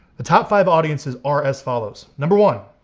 the top five audiences are as follows. number one,